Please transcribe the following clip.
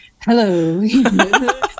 hello